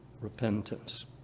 repentance